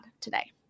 today